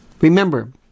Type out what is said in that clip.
Remember